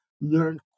learn